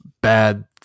bad